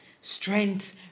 strength